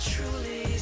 Truly